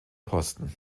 posten